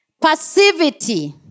Passivity